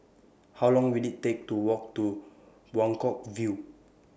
How Long Will IT Take to Walk to Buangkok View